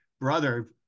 brother